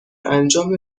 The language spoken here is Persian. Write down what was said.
انجام